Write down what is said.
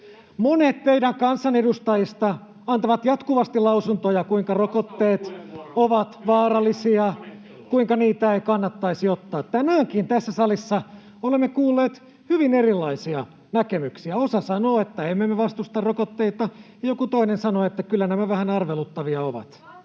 Mauri Peltokangas: Törkeää panettelua!] ovat vaarallisia, kuinka niitä ei kannattaisi ottaa. Tänäänkin tässä salissa olemme kuulleet hyvin erilaisia näkemyksiä. Osa sanoo, että emme me vastusta rokotteita, ja joku toinen sanoo, että kyllä nämä vähän arveluttavia ovat.